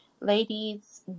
ladies